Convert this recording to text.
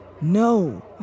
No